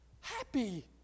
happy